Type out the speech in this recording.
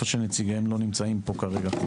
שנציגיהם לא נמצאים פה כרגע.